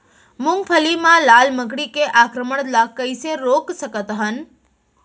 मूंगफली मा लाल मकड़ी के आक्रमण ला कइसे रोक सकत हन?